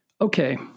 Okay